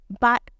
But-